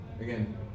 Again